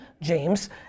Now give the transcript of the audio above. James